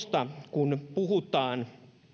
kun puhutaan